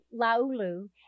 Laulu